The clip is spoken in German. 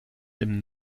dem